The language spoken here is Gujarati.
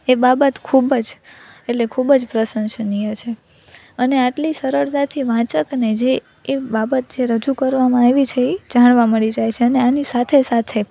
એ બાબત ખૂબ જ એટલે ખૂબ જ પ્રશંસનીય છે અને આટલી સરળતાથી વાચકને જે એ બાબત છે રજૂ કરવામાં આવી છે એ જાણવા મળી જાય છે અને આની સાથે સાથે